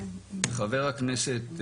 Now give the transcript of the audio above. חבר הכנסת אוסאמה,